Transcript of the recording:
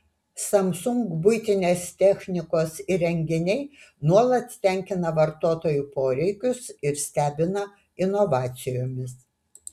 samsung buitinės technikos įrenginiai nuolat tenkina vartotojų poreikius ir stebina inovacijomis